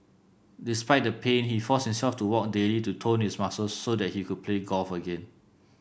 despite the pain he forced himself to walk daily to tone his muscles so that he could play golf again